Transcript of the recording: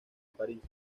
parís